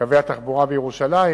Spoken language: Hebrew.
קווי התחבורה בירושלים,